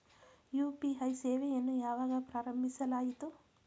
UPI ಸೇವೆಯನ್ನು ಯಾವಾಗ ಪ್ರಾರಂಭಿಸಲಾಯಿತು?